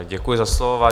Děkuji za slovo.